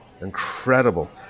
incredible